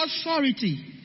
authority